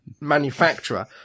manufacturer